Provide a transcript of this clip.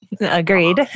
Agreed